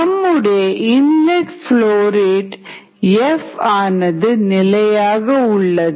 நம்முடைய inlet flow rate F ஆனது நிலையாக உள்ளது